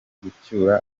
gucyura